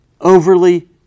overly